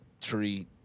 tree